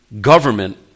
government